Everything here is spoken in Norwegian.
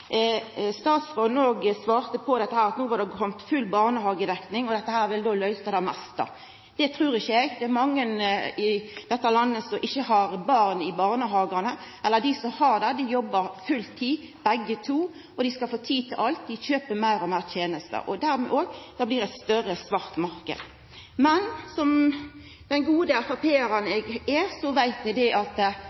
Statsråden svara på dette med at no er det full barnehagedekning, og at det ville løysa det meste. Det trur ikkje eg. Det er mange i dette landet som ikkje har barn i barnehage, og dei som har det, jobbar full tid begge to. Dei skal få tid til alt, dei kjøper fleire og fleire tenester. Dermed blir det òg ein større svart marknad. Men som den gode FrP-aren eg er, veit eg at det går ei tid, og så blir dette forslaget vedteke av nokre andre. Det